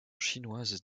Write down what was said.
chinoise